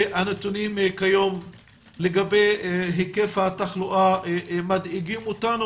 הנתונים כיום לגבי היקף התחלואה מדאיגים אותנו